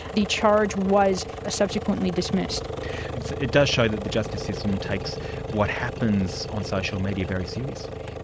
the charge was ah subsequently dismissed. it does show that the justice system takes what happens on social media very seriously.